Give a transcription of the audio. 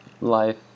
life